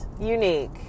unique